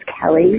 Kelly